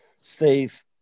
Steve